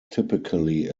typically